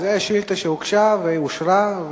זו שאילתא שהוגשה ואושרה,